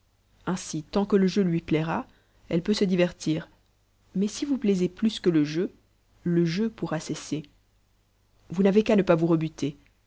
ainsi tant que le jeu lui plaira elle peut se divertir mais si vous plaisez plus que le jeu le jeu pourra cesser vous n'avez qu'à ne pas vous rebuter